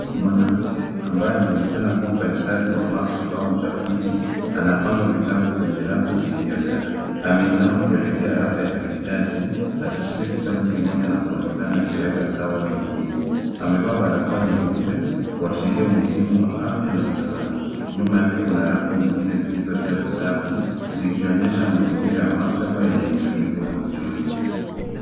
Mwanamke ambaye anaonekana kuwa mfanyikazi wa maktaba au mtafiti, anapanga vitabu kwenye rafu iliyojaa. Ameinama kuelekea rafu ya katikati akishika kitabu kimoja na kuonekana akiweka sawa vingine. Amevaa barakoa nyeupe, kuashiria umuhimu wa afya na usalama. Nyuma yake kuna rafu nyingine zilizojaa vitabu, zikionyesha mazingira ya maktaba yenye utulivu na ujuzi.